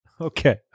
Okay